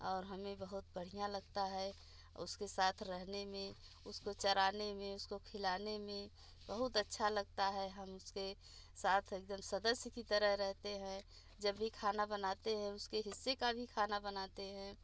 और हमें बहुत बढ़िया लगता है उसके साथ रहने में उसको चराने में उसको खिलाने में बहुत अच्छा लगता है हम उसके साथ एक दम सदस्य की तरह रहते हैं जब भी खाना बनाते हैं उसके हिस्से का भी खाना बनाते हैं